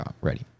Ready